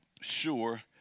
sure